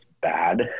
bad